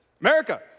America